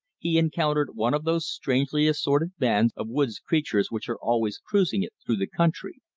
he encountered one of those strangely assorted bands of woods-creatures which are always cruising it through the country.